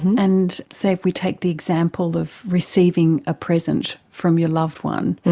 and, say, if we take the example of receiving a present from your loved one,